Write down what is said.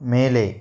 மேலே